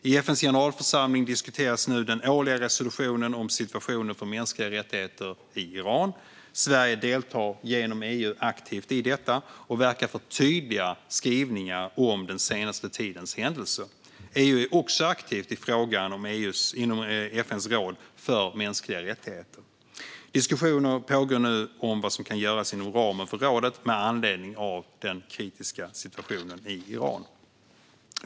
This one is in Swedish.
I FN:s generalförsamling diskuteras nu den årliga resolutionen om situationen för mänskliga rättigheter i Iran. Sverige deltar genom EU aktivt i detta och verkar för tydliga skrivningar om den senaste tidens händelser. EU är också aktivt i frågan inom FN:s råd för mänskliga rättigheter. Diskussioner pågår nu om vad som kan göras inom ramen för rådet med anledning av den kritiska situationen i Iran.